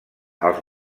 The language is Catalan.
els